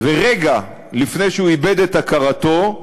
ורגע לפני שהוא איבד את הכרתו,